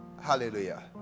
hallelujah